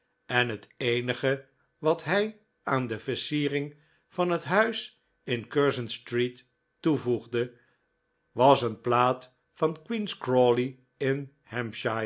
en het eenige wat hij aan de versiering van het huis in curzon street toevoegde was een plaat van queen's crawley in